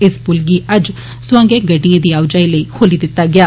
इस पुल गी अज्ज सोआं गै गड़िडएं दी आओजाई लेई खोली दित्ता गेआ